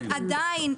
עדיין.